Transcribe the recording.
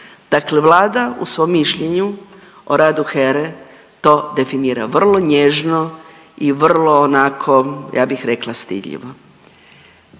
Dakle, vlada u svom mišljenju o radu HERE to definira vrlo nježno i vrlo onako ja bih rekla stidljivo.